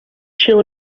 się